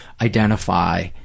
identify